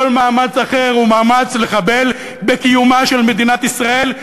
כל מאמץ אחר הוא מאמץ לחבל בקיומה של מדינת ישראל.